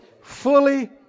fully